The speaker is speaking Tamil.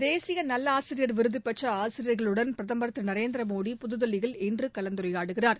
தேசியநல்லாசிரியர் விருதுபெற்றஆசியரியர்களுடன் பிரதமர் திரு நரேந்திரமோடி புதுதில்லியில் இன்றுகலந்துரையாடுகிறார்